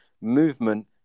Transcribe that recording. movement